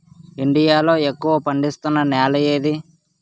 India లో ఎక్కువ పండిస్తున్నా నేల ఏది?